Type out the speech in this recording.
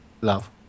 love